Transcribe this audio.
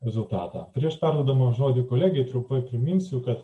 rezultatą prieš perduodamas žodį kolegei trumpai priminsiu kad